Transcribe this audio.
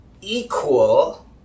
equal